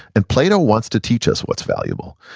and plato wants to teach us what's valuable.